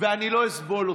ואני לא אסבול אותם.